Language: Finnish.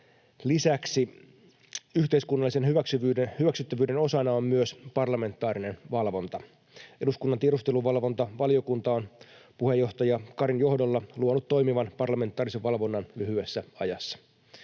lisäksi yhteiskunnallisen hyväksyttävyyden osana on myös parlamentaarinen valvonta. Eduskunnan tiedusteluvalvontavaliokunta on puheenjohtaja Karin johdolla luonut toimivan parlamentaarisen valvonnan lyhyessä ajassa.